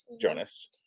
Jonas